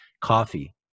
coffee